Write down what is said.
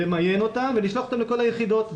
למיין אותם ולשלוח אותם לכל היחידות.